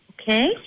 okay